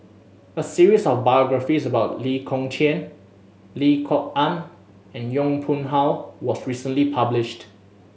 a series of biographies about Lee Kong Chian Lim Kok Ann and Yong Pung How was recently published